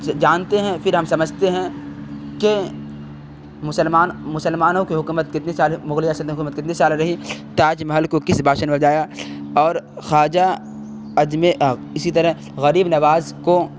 جانتے ہیں پھر ہم سمجھتے ہیں کہ مسلمان مسلمانوں کی حکومت کتنے سال مغلیہ سلطنت کی حکومت کتنے سال رہی تاج محل کو کس بادشاہ نے بجایا اور خواجہ اسی طرح غریب نواز کو